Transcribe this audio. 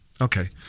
Okay